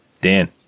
Dan